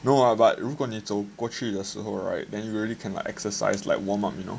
no lah but 如果你走过去的时候 right then you already can like exercise like warm up you know